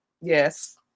Yes